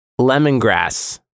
lemongrass